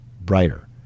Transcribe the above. brighter